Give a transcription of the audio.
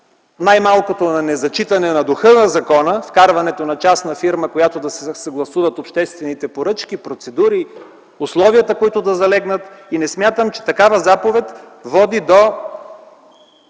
най-малкото на незачитане на духа на закона (вкарването на частна фирма, с която да се съгласуват обществените поръчки, процедури, условията, които да залегнат) и не смятам, че такава заповед води до